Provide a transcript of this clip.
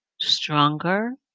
stronger